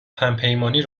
همپیمانی